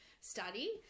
study